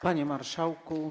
Panie Marszałku!